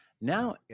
now